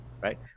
Right